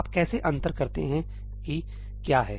आप कैसे अंतर करते हैं कि क्या है